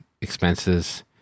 expenses